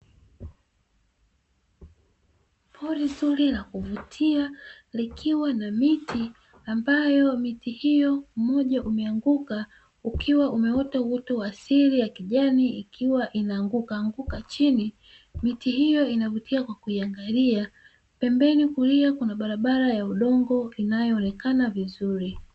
Pori zuri la kuvutia likiwa na miti ambayo miti hiyo mmoja umeanguka ukiwa umeota uoto wa asili ya kijani ikiwa ina anguka anguka chini, miti hiyo inavutia kuiangalia pembeni kulia kuna barabara ya udongo inayoonekana vizuri.